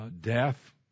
death